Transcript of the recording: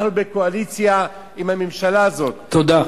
אנחנו בקואליציה עם הממשלה הזאת, תודה.